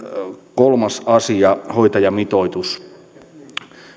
kolmas asia hoitajamitoitus